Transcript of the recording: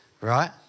right